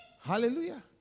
Hallelujah